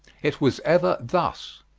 it was ever thus.